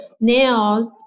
nails